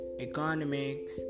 economics